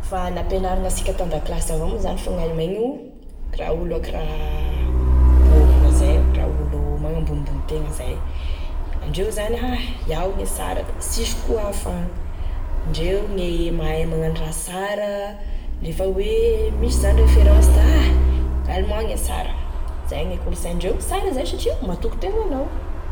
Efa nampenarigny asika tan-dakilasy avao moa zany fa gn'allemaigny io akoraha olo akoraha boaboa zay, ako raha olo magnambonimbony tena zay gnandreo zany ah iaho gne sara da sishy koa hafa agny indreo gne mahay magnano raha sara lefa hoe misy zany e référence da ah allemand gne sara, zay e kolosaindreo, sara izay satria matokitena anao.